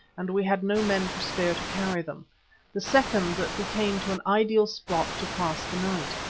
and we had no men to spare to carry them the second that we came to an ideal spot to pass the night.